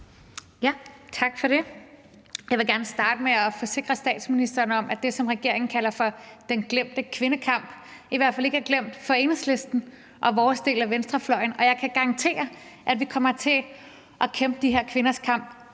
Tak for det. Jeg vil gerne starte med at forsikre statsministeren om, at det, som regeringen kalder for den glemte kvindekamp, i hvert fald ikke er glemt af Enhedslisten og vores del af venstrefløjen, og jeg kan garantere, at vi kommer til at kæmpe de her kvinders kamp